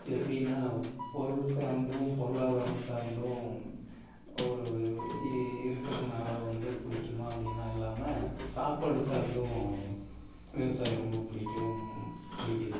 இது எப்படின்னா பொருள் சார்ந்தும் பொருளாதாரம் சார்ந்தும் ஒரு இ இருக்கிறனால வந்து பிடிக்குமா அப்படின்னா இல்லாமல் சாப்பாடு சார்ந்தும் விவசாயம் ரொம்ப பிடிக்கும் பிடிக்கிது